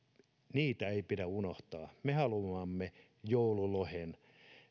niitä ei pidä unohtaa me haluamme joululohen